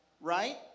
right